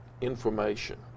information